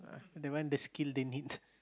that one the skill they need